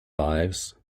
lives